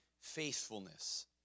faithfulness